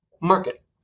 market